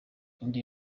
indi